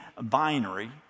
binary